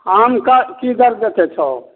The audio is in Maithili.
आमके की दर दै छो